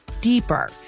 deeper